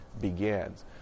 begins